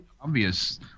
obvious